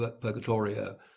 Purgatorio